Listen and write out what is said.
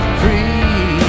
free